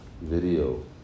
video